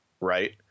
right